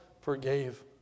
forgave